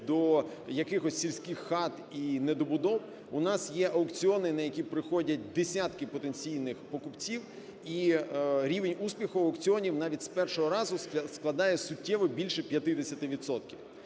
до якихось сільських хат і недобудов. У нас є аукціони, на які приходять десятки потенційних покупців, і рівень успіху аукціонів навіть з першого разу складає суттєво більше 50